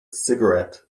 cigarette